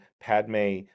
Padme